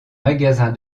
magasin